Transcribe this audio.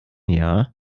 jahr